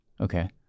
Okay